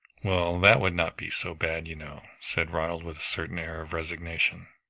well that would not be so bad, you know, said ronald with a certain air of resignation.